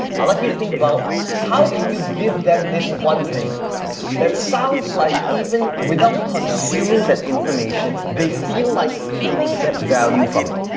i'd like you to think about how can you give them this one thing that sounds like even without consuming that information, they feel like they would get value from it.